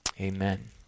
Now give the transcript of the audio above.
Amen